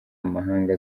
amahanga